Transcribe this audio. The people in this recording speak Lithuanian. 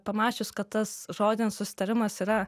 pamačius kad tas žodinis susitarimas yra